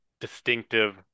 distinctive